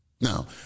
Now